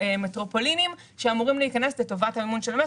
מטרופוליניים שאמורים להיכנס לטובת המימון של המטרו.